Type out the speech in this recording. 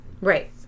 Right